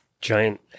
giant